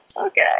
okay